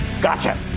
Gotcha